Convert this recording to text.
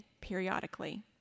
periodically